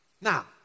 Now